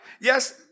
yes